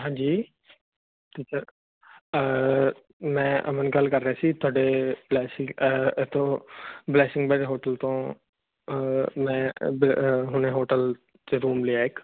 ਹਾਂਜੀ ਮੈਂ ਅਮਨ ਗੱਲ ਕਰ ਰਿਹਾ ਸੀ ਤੁਹਾਡੇ ਫਲੋਰ ਤੋਂ ਮੈਂ ਹੁਣੇ ਹੋਟਲ ਜਦੋਂ ਮਿਲਿਆ ਇਕ